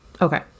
Okay